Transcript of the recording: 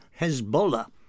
Hezbollah